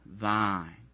thine